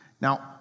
Now